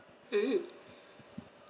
mm